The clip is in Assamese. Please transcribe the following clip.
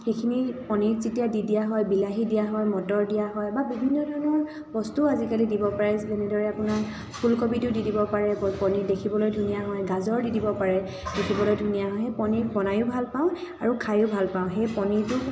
সেইখিনি পনিৰত যেতিয়া দি দিয়া হয় বিলাহী দিয়া হয় মটৰ দিয়া হয় বা বিভিন্ন ধৰণৰ বস্তুও আজিকালি দিব পাৰে যেনেদৰে আপোনাৰ ফুলকবিটো দি দিব পাৰে পনিৰ দেখিবলৈ ধুনীয়া হয় গাজৰ দি দিব পাৰে দেখিবলৈ ধুনীয়া হয় পনিৰ বনায়ো ভাল পাওঁ আৰু খায়ো ভাল পাওঁ সেই পনিৰটো